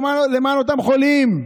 למען אותם חולים.